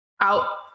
out